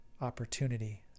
opportunity